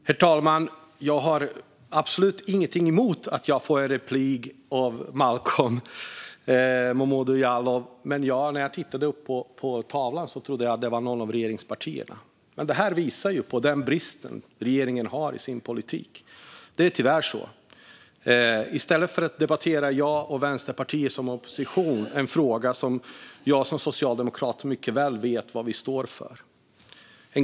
Herr talman! Jag har absolut ingenting emot att få en replik av Malcolm Momodou Jallow, men när jag tittade upp på tavlan trodde jag att det var något av regeringspartierna. Det här visar på brister i regeringens politik. Det är tyvärr så. I stället debatterar jag och Vänsterpartiet som opposition en fråga där jag som socialdemokrat mycket väl vet var vi står.